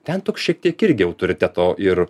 ten toks šiek tiek irgi autoriteto ir